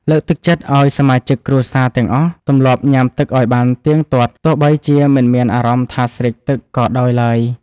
លើកទឹកចិត្តឱ្យសមាជិកគ្រួសារទាំងអស់ទម្លាប់ញ៉ាំទឹកឱ្យបានទៀងទាត់ទោះបីជាមិនមានអារម្មណ៍ថាស្រេកទឹកក៏ដោយឡើយ។